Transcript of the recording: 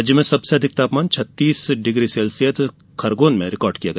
राज्य में सबसे अधिक तापमान छत्तीस डिग्री सेल्सियस खरगोन में रिकार्ड किया गया